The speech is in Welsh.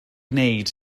wneud